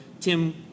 Tim